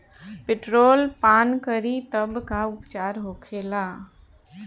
Petrol पान करी तब का उपचार होखेला?